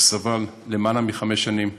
הוא סבל למעלה מחמש שנים בצניעות,